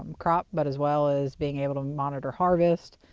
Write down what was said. um crop but as well as being able to monitor harvest,